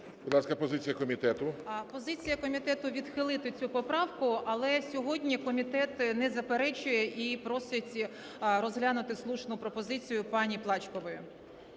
Позиція комітету – відхилити цю поправку. Але сьогодні комітет не заперечує і просить розглянути слушну пропозицію пані Плачкової.